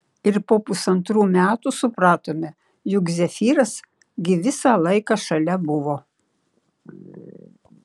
ir po pusantrų metų supratome juk zefyras gi visą laiką šalia buvo